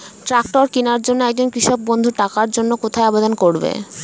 Tractor কিনার জন্য একজন কৃষক বন্ধু টাকার জন্য কোথায় আবেদন করবে?